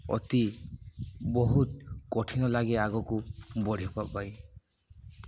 ଅତି ବହୁତ କଠିନ ଲାଗେ ଆଗକୁ ବଢ଼ିବା ପାଇଁ